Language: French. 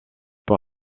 pour